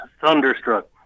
thunderstruck